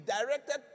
directed